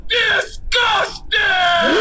disgusting